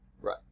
Right